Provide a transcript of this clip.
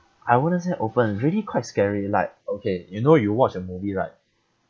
I wouldn't say open really quite scary like okay you know you watch a movie right